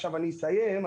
אני אסיים,